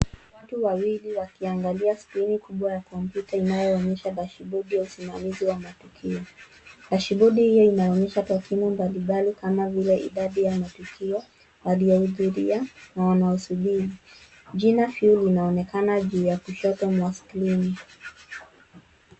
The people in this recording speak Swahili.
Watu wawili wakiangalia skrini kubwa ya kompyuta inayoonyesha dashibodi ya usimamizi wa matukio. Dashibodi hiyo inaonyesha takwimu mbalimbali kama vile idadi ya matukio, aliyehudhuria na wanaosubiri . Jina few linaonekana juu ya kushoto mwa skrini.